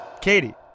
Katie